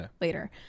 later